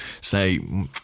say